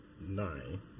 nine